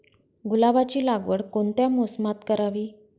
गुलाबाची लागवड कोणत्या मोसमात करावी?